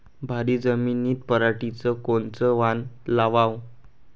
भारी जमिनीत पराटीचं कोनचं वान लावाव?